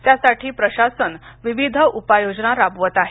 त्यासाठी प्रशासन विविध उपाययोजना राबवत आहे